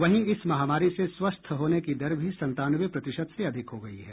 वहीं इस महामारी से स्वस्थ होने की दर भी संतानवे प्रतिशत से अधिक हो गई है